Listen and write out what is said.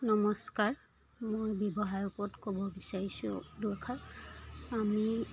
নমস্কাৰ মই ব্যৱসায়ৰ ওপৰত ক'ব বিচাৰিছো দুআষাৰ আমি